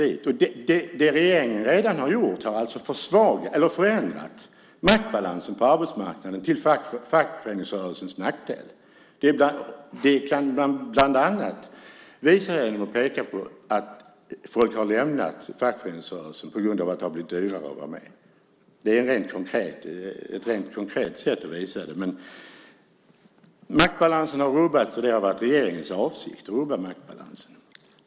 Det som regeringen redan gjort har alltså förändrat maktbalansen på arbetsmarknaden till fackföreningsrörelsens nackdel. Det kan vi bland annat visa genom att peka på att folk lämnat fackföreningsrörelsen på grund av att det blivit dyrare att vara med. Det är ett konkret sätt att visa på det. Maktbalansen har rubbats, vilket varit regeringens avsikt.